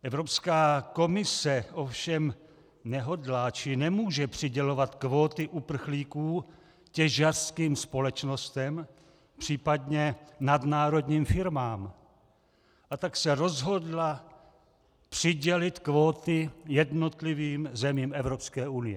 Evropská komise ovšem nehodlá či nemůže přidělovat kvóty uprchlíků těžařským společnostem, případně nadnárodním firmám, a tak se rozhodla přidělit kvóty jednotlivým zemím EU.